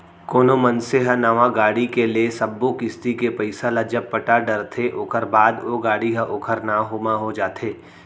कोनो मनसे ह नवा गाड़ी के ले सब्बो किस्ती के पइसा ल जब पटा डरथे ओखर बाद ओ गाड़ी ह ओखर नांव म हो जाथे